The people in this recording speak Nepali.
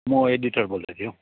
म एडिटर बोल्दैछु